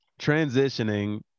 Transitioning